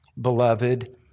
beloved